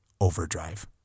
overdrive